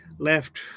left